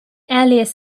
alias